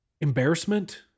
embarrassment